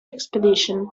expedition